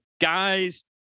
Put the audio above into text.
Guys